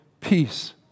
Peace